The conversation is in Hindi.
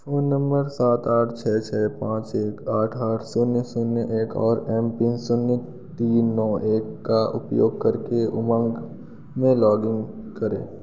फोन नम्बर सात आठ छः छः पाँच एक आठ आठ शून्य शून्य एक और एम पिन शून्य तीन नौ एक का उपयोग करके उमंग में लॉग इन करें